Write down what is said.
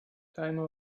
timer